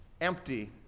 empty